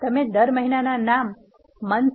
તમે દરેક મહિનાના નામ મંથ